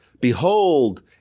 Behold